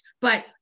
But-